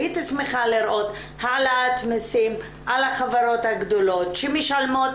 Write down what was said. הייתי שמחה לראות העלאת מסים על החברות הגדולות שמשלמות